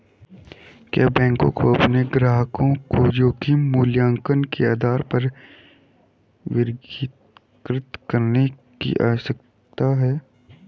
क्या बैंकों को अपने ग्राहकों को जोखिम मूल्यांकन के आधार पर वर्गीकृत करने की आवश्यकता है?